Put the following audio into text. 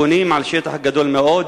בונים על שטח גדול מאוד,